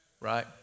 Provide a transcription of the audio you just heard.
right